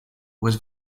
was